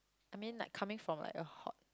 I mean like coming from like a hot